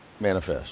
manifest